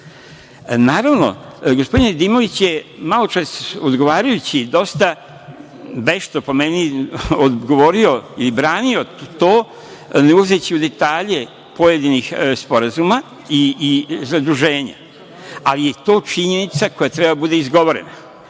evra. Gospodin Nedimović je malo pre odgovarajući dosta vešto, po meni, odgovorio i branio to, ne ulazeći u detalje pojedinih sporazuma i zaduženja, ali je to činjenica koja treba da bude izgovorena.